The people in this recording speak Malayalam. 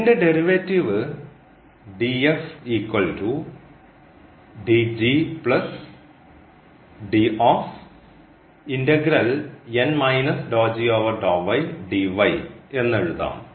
ഇതിൻറെ ഡെറിവേറ്റീവ് എന്ന് എഴുതാം